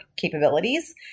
capabilities